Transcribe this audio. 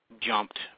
jumped